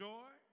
Joy